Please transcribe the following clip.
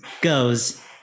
Goes